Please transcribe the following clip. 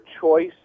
choice